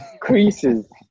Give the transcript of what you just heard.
Creases